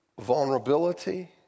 vulnerability